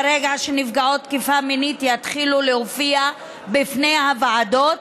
כשנפגעות תקיפה מינית יתחילו להופיע בפני הוועדות,